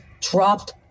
dropped